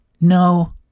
No